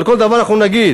על כל דבר אנחנו נגיד.